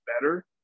better